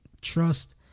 Trust